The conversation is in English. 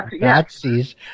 Nazis